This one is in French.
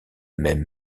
même